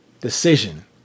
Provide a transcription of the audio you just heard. decision